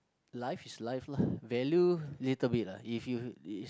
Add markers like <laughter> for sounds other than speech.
life is life lah <breath> value little bit lah if you is